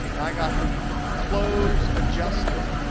and i got the close adjusted.